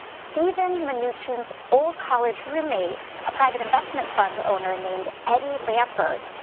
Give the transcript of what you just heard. steven mnuchin's old college roommate, a private investment fund owner named eddie lampert,